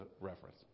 reference